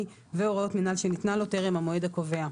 והוראות מינהל שניתנו לו טרם המועד הקובע,